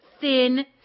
thin